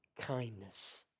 kindness